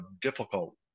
difficult